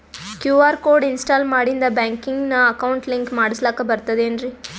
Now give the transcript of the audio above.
QR code install ಮಾಡಿಂದ ಬ್ಯಾಂಕಿನ account link ಮಾಡಸ್ಲಾಕ ಬರ್ತದೇನ್ರಿ